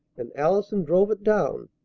and allison drove it down.